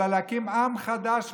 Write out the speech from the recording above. אלא להקים עם חדש,